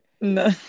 no